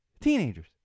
Teenagers